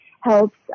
helps